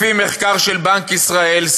לפי מחקר של בנק ישראל,